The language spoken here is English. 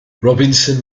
robinson